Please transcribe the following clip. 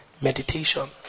Meditation